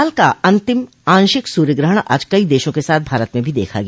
साल का अंतिम आंशिक सूर्य ग्रहण आज कई देशों के साथ भारत में भी देखा गया